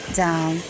down